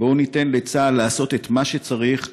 בואו ניתן לצה"ל לעשות את מה שצריך,